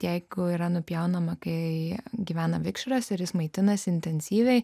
jeigu yra nupjaunama kai gyvena vikšras ir jis maitinasi intensyviai